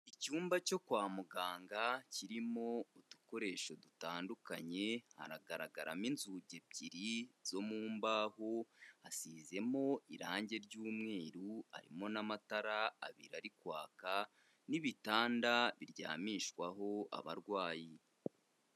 Icyumba cyo kwa muganga kirimo udukoresho dutandukanye, hagaragaramo inzugi ebyiri zo mu mbaho, hasizemo irangi ry'umweru harimo n'amatara abiri ari kwaka n'ibitanda biryamishwaho abarwayi.